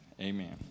Amen